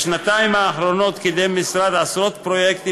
בשנתיים האחרונות קידם המשרד עשרות פרויקטים